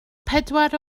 pedwar